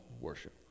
worship